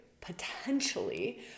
potentially